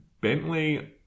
Bentley